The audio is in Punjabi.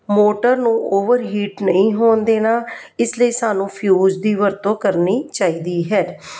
ਮੋਟਰ ਨੂੰ ਓਵਰਹੀਟ ਨਹੀਂ ਹੋਣ ਦੇਣਾ ਇਸ ਲਈ ਸਾਨੂੰ ਫਿਊਜ਼ ਦੀ ਵਰਤੋਂ ਕਰਨੀ ਚਾਹੀਦੀ ਹੈ